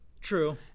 True